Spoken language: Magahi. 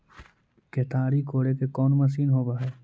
केताड़ी कोड़े के कोन मशीन होब हइ?